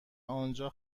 آنجا